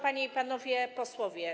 Panie i Panowie Posłowie!